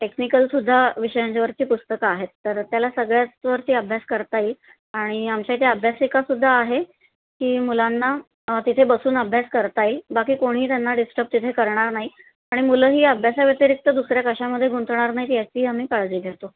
टेक्निकलसुद्धा विषयांच्यावरची पुस्तकं आहेत तर त्याला सगळ्याच वरची अभ्यास करता येईल आणि आमच्या इथं अभ्यासिकासुद्धा आहे की मुलांना तिथे बसून अभ्यास करता येईल बाकी कोणीही त्यांना डिस्टर्ब तिथे करणार नाही आणि मुलंही अभ्यासा व्यतिरिक्त दुसऱ्या कशामध्ये गुंतणार नाही याची आम्ही काळजी घेतो